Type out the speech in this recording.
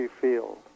field